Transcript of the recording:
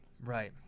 right